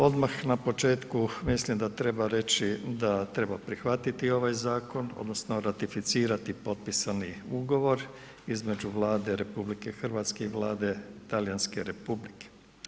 Odmah na početku mislim da treba reći da treba prihvatiti ovaj zakon, odnosno ratificirati potpisani ugovor između Vlade RH i Vlade Talijanske Republike.